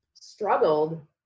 struggled